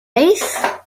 eighth